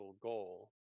goal